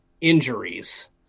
injuries